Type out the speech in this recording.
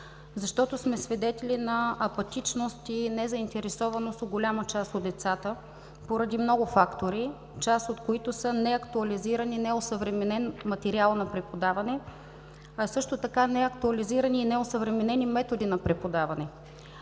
живот. Свидетели сме на апатичност и незаинтересованост у голяма част от децата поради много фактори, част от които са неактуализиран и неосъвременен материал на преподаване, също така неактуализирани и неосъвременени методи на преподаване.